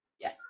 Yes